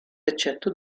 eccetto